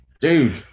dude